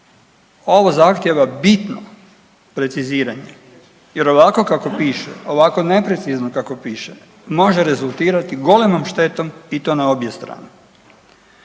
Ovo zahtjeva bitno preciziranje jer ovako kako piše, ovako neprecizno kako piše, može rezultirati golemom štetom i to na obje strane.